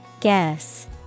Guess